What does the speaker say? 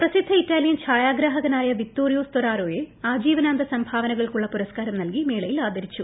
പ്രസിദ്ധ ഇറ്റാലിയൻ ഛായാഗ്രാഹകനായ Vittorio Storaro യെ ആജീവനാന്ത സംഭാവനകൾക്കുള്ള പുരസ്കാരം നൽകി മേളയിൽ ആദരിച്ചു